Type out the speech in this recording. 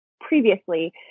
previously